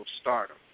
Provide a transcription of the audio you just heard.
stardom